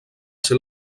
ser